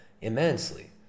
immensely